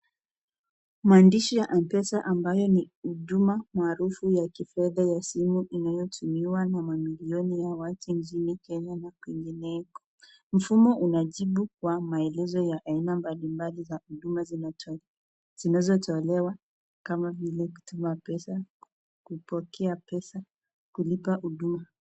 Maandishi ya m-pesa ambayo ni huduma maarufu ya kifedha ya simu inayotumiwa na mamilioni ya watu nchini Kenya na kwingineko. Mfumo unajibu kwa maelezo ya aina mbalimbali za huduma zinazotolewa kama vile kutuma pesa, kupokea pesa, kulipa huduma.